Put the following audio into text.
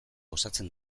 osatzen